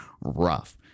rough